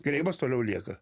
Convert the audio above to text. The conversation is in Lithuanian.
greimas toliau lieka